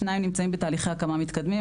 שניים נמצאים בתהליכי הקמה מתקדמים.